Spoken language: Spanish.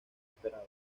esperado